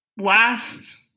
last